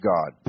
God